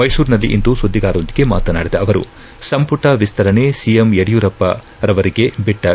ಮೈಸೂರಿನಲ್ಲಿಂದು ಸುದ್ದಿಗಾರರೊಂದಿಗೆ ಮಾತನಾಡಿದ ಅವರು ಸಂಪುಟ ವಿಸ್ತರಣೆ ಸಿಎಂ ಯಡಿಯೂರಪ್ಪರವರಿಗೆ ಬಿಟ್ಲ